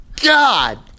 God